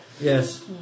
Yes